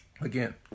Again